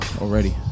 already